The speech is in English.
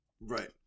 Right